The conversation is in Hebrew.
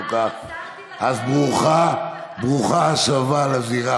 אז ברוכה השבה לזירה,